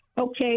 Okay